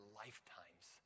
lifetimes